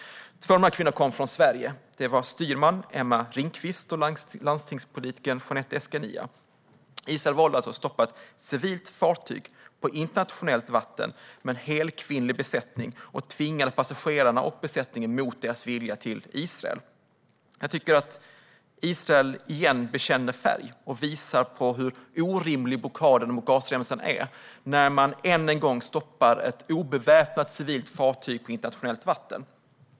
Två av dessa kvinnor kom från Sverige. Det var styrman Emma Ringqvist och landstingspolitikern Jeannette Escanilla. Israel valde alltså att stoppa ett civilt fartyg på internationellt vatten med en helkvinnlig besättning. Man tvingade passagerarna och besättningen, mot deras vilja, att resa till Israel. Jag tycker att Israel åter bekänner färg och visar hur orimlig blockaden mot Gazaremsan är, när man än en gång stoppar ett obeväpnat civilt fartyg på internationellt vatten.